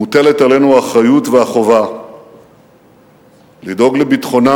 מוטלת עלינו האחריות והחובה לדאוג לביטחונה,